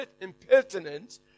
impertinent